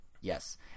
Yes